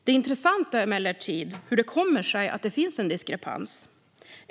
Det intressanta är hur det kommer sig att det finns en diskrepans.